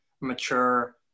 mature